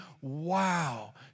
wow